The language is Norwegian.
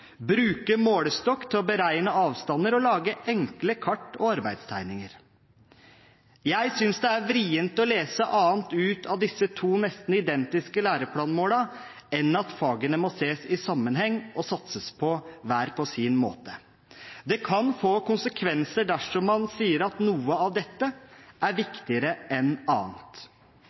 målestokk til å beregne avstander og lage enkle kart og arbeidstegninger». Jeg synes det er vrient å lese annet ut av disse to nesten identiske læreplanmålene enn at fagene må ses i sammenheng og satses på på hver på sin måte. Det kan få konsekvenser dersom man sier at noe av dette er